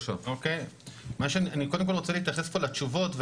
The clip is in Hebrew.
אני קודם כל רוצה להתייחס פה לתשובות.